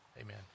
amen